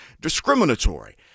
discriminatory